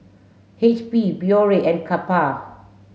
H P Biore and Kappa